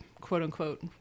quote-unquote